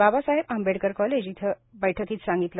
Babasaheb Ambedkar college येथील बैठकीत सांगितले